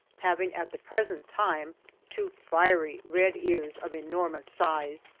having at the present time two fiery red ears of enormous size.